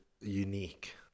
unique